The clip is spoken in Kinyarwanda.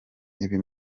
ibi